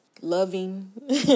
loving